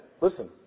Listen